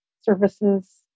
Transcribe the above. services